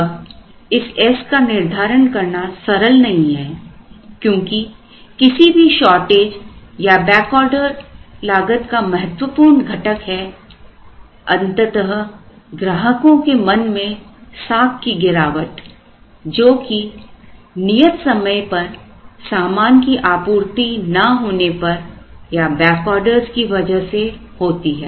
अब इस S का निर्धारण करना सरल नहीं है क्योंकि किसी भी शॉर्टेज या बैकआर्डर लागत का महत्वपूर्ण घटक है अंततः ग्राहकों के मन में साख में गिरावट जो की नियत समय पर सामान की आपूर्ति ना होने पर या बैकऑर्डरज की वजह से होती है